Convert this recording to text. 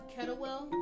Kettlewell